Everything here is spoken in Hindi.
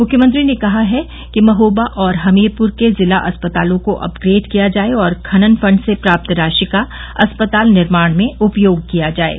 मुख्यमंत्री ने कहा है कि महोबा और हमीरपुर के जिला अस्पतालों को अपग्रेड किया जाये और खनन फंड से प्राप्त राशि का अस्पताल निर्माण में उपयोग किया जाये